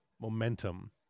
momentum